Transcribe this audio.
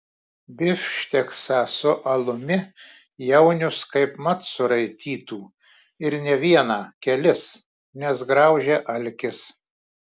bifšteksą su alumi jaunius kaip mat suraitytų ir ne vieną kelis nes graužia alkis